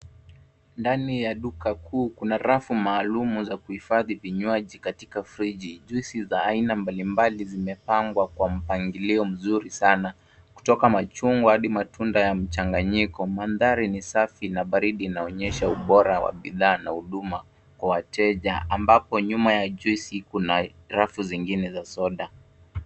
Ndani ya duka kuu kuna rafu maalum za kuhifadhi vinywaji katika friji. Juisi za aina mbalimbali zimepangwa kwa mpangilio mzuri sana kutoka machungwa hadi matunda ya mchanganyiko. Mandhari ni safi na baridi inaonyesha ubora wa bidhaa na huduma kwa wateja ambapo nyuma ya juisi kuna rafu zingine za soda.